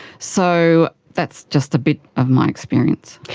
so that's just a bit of my experience.